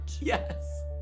Yes